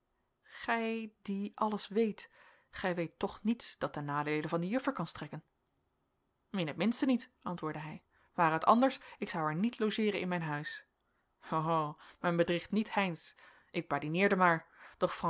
gij die alles weet gij weet toch niets dat ten nadeele van die juffer kan strekken in het minste niet antwoordde hij ware het anders ik zou haar niet logeeren in mijn huis ho ho men bedriegt niet heynsz ik badineerde maar doch